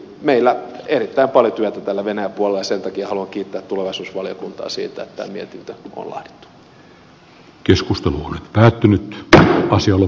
meillä on erittäin paljon työtä tällä venäjä puolella ja sen takia haluan kiittää tulevaisuusvaliokuntaa siitä että tämä mietintö on laadittu